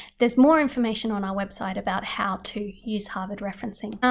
there's more information on our website about how to use harvard referencing.